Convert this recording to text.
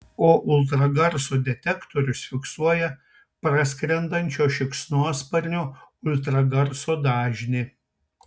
o ultragarso detektorius fiksuoja praskrendančio šikšnosparnio ultragarso dažnį